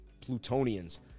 Plutonians